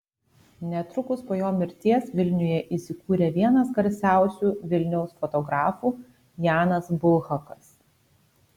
netrukus po jo mirties vilniuje įsikūrė vienas garsiausių vilniaus fotografų janas bulhakas